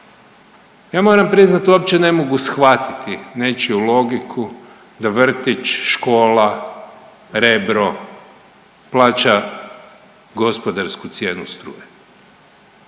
Ja moram priznati uopće ne mogu shvatiti nečiju logiku da vrtić, škola, Rebro plaća gospodarsku cijenu struje.